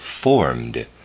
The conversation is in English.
formed